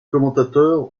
commentateurs